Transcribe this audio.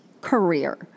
career